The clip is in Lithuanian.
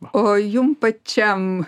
o jum pačiam